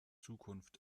zukunft